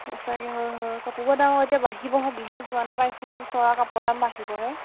সঁচাকে হয় হয় কাপোৰবোৰৰ দাম এতিয়া বাঢ়িবহে বিহু যিমানে পাইছেই ওচৰ আৰু কাপোৰৰ দাম বাঢ়িবহে